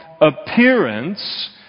appearance